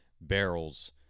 barrels